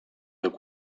the